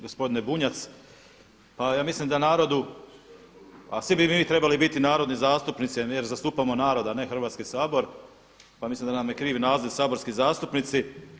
Gospodine Bunjac, pa ja mislim da narodu a svi bi mi trebali biti narodni zastupnici jer zastupamo narod a ne Hrvatski sabor, pa mislim da nam je krivi naziv saborski zastupnici.